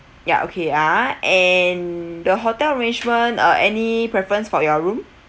ya okay ah and the hotel arrangement uh any preference for your room